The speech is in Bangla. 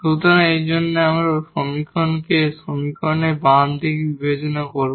সুতরাং এর জন্য আমরা এই সমীকরণটিকে সমীকরণের বাম দিকে বিবেচনা করব